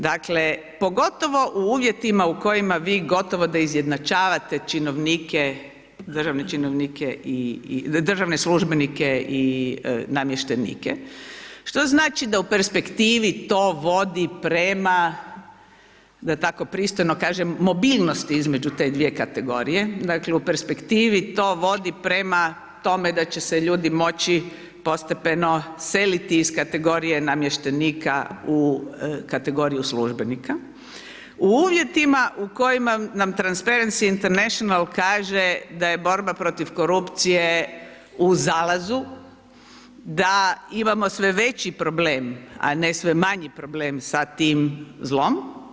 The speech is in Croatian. Dakle, pogotovo u uvjetima u kojima vi gotovo da izjednačavate činovnike, državne činovnike i, državne službenike i namještenike, što znači da u perspektivi to vodi prema, da tako pristojno kažem, mobilnosti između te dvije kategorije, dakle, u perspektivi to vodi prema tome da će se ljudi moći postepeno seliti iz kategorije namještenika u kategoriju službenika u uvjetima u kojima nam Transparency International kaže da je borba protiv korupcije u zalazu, da imamo sve veći problem, a ne sve manji problem sa tim zlom.